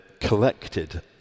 collected